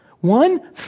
One